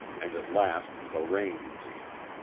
and at last the rain came.